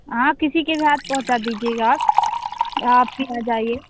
हाँ किसी के साथ पहुँचा दीजियेगा आप आप ही आ जाइये